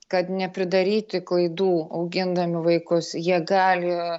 kad nepridaryti klaidų augindami vaikus jie gali